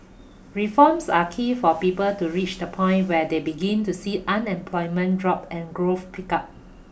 reforms are key for people to reach the point where they begin to see unemployment drop and growth pick up